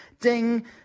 ding